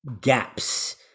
gaps